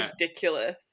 ridiculous